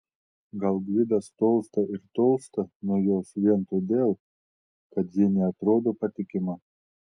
gal gvidas tolsta ir tolsta nuo jos vien todėl kad ji neatrodo patikima